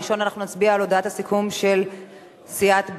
בראשונה נצביע על הודעת הסיכום של סיעת בל"ד.